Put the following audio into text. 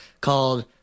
called